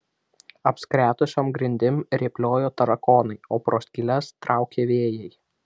apskretusiom grindim rėpliojo tarakonai o pro skyles traukė vėjai